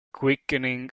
quickening